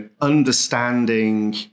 understanding